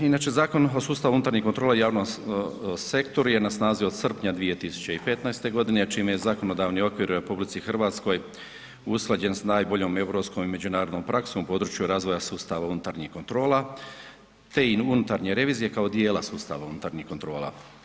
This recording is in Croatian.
Inače Zakon o sustavu unutarnjih kontrola u javnom sektoru je na snazi od srpnja 2015. g. čime je zakonodavni okvir u RH usklađen sa najboljom europskom i međunarodnom praksom u području razvoja sustava unutarnjih kontrola te unutarnje revizije kao djela sustava unutarnjih kontrola.